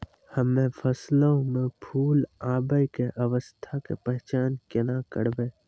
हम्मे फसलो मे फूल आबै के अवस्था के पहचान केना करबै?